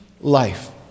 life